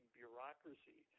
bureaucracy